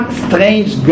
strange